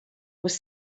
was